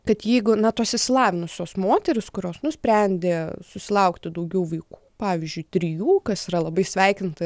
kad jeigu na tos išsilavinusios moterys kurios nusprendė susilaukti daugiau vaikų pavyzdžiui trijų kas yra labai sveikinta